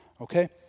Okay